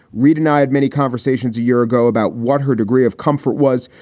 reading, i had many conversations a year ago about what her degree of comfort was.